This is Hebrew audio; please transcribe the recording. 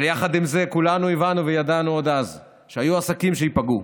אבל יחד עם זה כולנו הבנו וידענו עוד אז שיהיו עסקים שייפגעו.